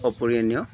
অপূৰণীয়